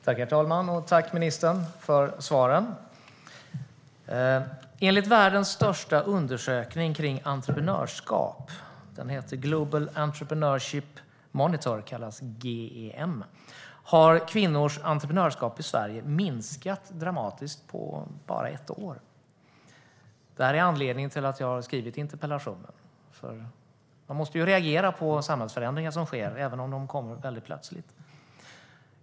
Herr talman! Jag vill tacka ministern för svaret. Enligt världens största undersökning av entreprenörskap - den heter Global Entrepreneurship Monitor och kallas GEM - har kvinnors entreprenörskap i Sverige minskat dramatiskt på bara ett år. Det är anledningen till att jag skrev interpellationen. Man måste reagera på samhällsförändringar som sker, även om de kommer plötsligt.